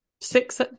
six